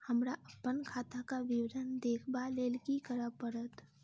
हमरा अप्पन खाताक विवरण देखबा लेल की करऽ पड़त?